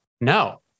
No